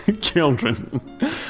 Children